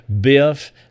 Biff